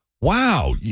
Wow